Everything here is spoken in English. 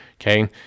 Okay